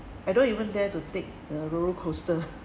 I don't even dare to take the roller coaster